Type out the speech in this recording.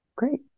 Great